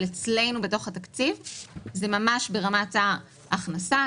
אבל אצלנו בתוך התקציב זה ממש ברמת ההכנסה.